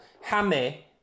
Hammy